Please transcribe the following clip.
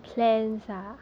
plans ah